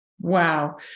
Wow